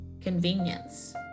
convenience